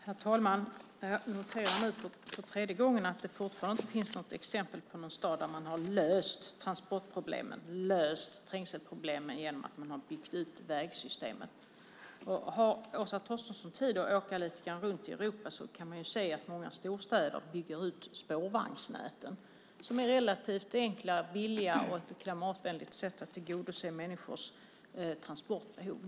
Herr talman! Jag noterar nu för tredje gången att det fortfarande inte finns något exempel på någon stad där man har löst trängselproblemen genom att man har byggt ut vägsystemen. Har Åsa Torstensson tid att åka runt lite grann i Europa kan hon se att många storstäder bygger ut spårvagnsnäten. De är relativt enkla och billiga, och det är ett klimatvänligt sätt att tillgodose människors transportbehov.